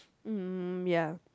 mm ya